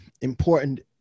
important